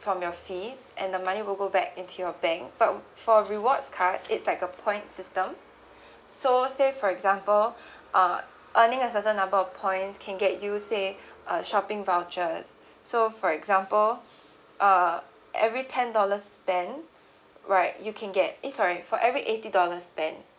from your fee and the money will go back into your bank but for rewards card it's like a point system so say for example uh earning a certain number of points can get you say uh shopping vouchers so for example uh every ten dollars spend right you can get eh sorry for every eighty dollars spend